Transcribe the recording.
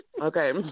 Okay